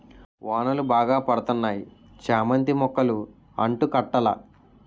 వానలు బాగా పడతన్నాయి చామంతి మొక్కలు అంటు కట్టాల